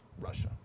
Russia